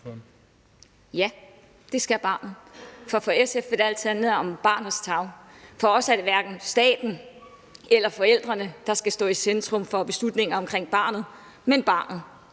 Ja, det skal barnet. For for SF vil det altid handle om barnets tarv. For os er det hverken staten eller forældrene, der skal stå i centrum for beslutninger omkring barnet, men barnet.